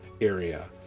area